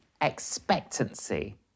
expectancy